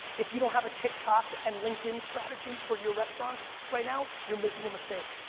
if you don't have a tik tok, and linkedin strategy for your restaurants right now, you're making a mistake,